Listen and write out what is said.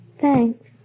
Thanks